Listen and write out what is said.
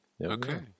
Okay